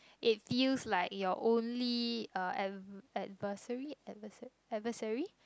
it feels like your only uh adve~ adversary adversary adversary